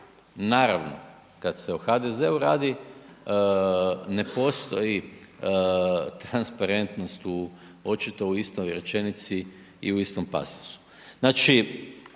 naravno, kad se o HDZ-u radi ne postoji transparentnost u, očito u istoj rečenici i u istom pasusu. Znači,